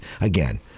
Again